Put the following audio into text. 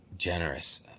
Generous